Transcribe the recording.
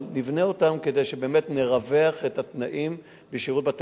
אבל נבנה אותם כדי שבאמת נרווח את התנאים בבתי-הסוהר.